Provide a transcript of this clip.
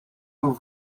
aux